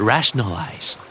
Rationalize